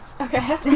Okay